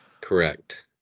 correct